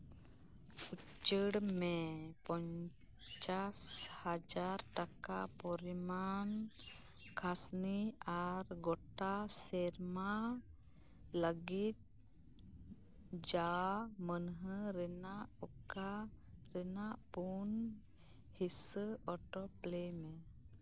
ᱩᱪᱟᱹᱲ ᱢᱮ ᱯᱚᱧᱪᱟᱥ ᱦᱟᱡᱟᱨ ᱴᱟᱠᱟ ᱮᱢᱟᱱ ᱠᱟᱥᱱᱤ ᱟᱨ ᱜᱳᱴᱟ ᱥᱮᱨᱢᱟ ᱞᱟᱹᱜᱤᱫ ᱡᱟ ᱢᱟᱹᱱᱦᱟᱹ ᱨᱮᱱᱟᱜ ᱚᱠᱟ ᱨᱮᱱᱟᱜ ᱯᱳᱱ ᱦᱤᱥᱥᱟᱹ ᱚᱴᱳ ᱯᱞᱮ ᱢᱮ